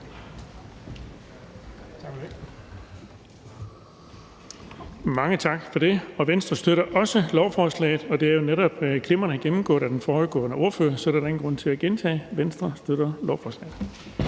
Mange tak for det. Venstre støtter også lovforslaget. Det er netop blevet så glimrende gennemgået af den foregående ordfører, så der er ingen grund til at gentage det. Venstre støtter lovforslaget.